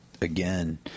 again